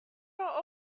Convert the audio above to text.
are